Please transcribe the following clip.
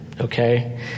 Okay